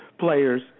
players